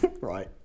right